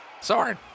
Sorry